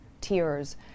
tears